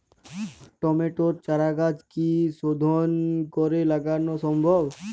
টমেটোর চারাগাছ কি শোধন করে লাগানো সম্ভব?